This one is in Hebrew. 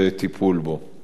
תודה רבה, אדוני השר.